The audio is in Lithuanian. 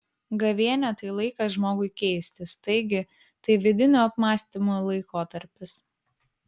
gavėnia tai laikas žmogui keistis taigi tai vidinių apmąstymų laikotarpis